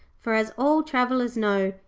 for, as all travellers know,